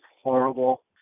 horrible